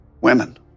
Women